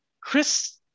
Chris